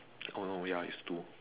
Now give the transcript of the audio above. oh oh ya it's two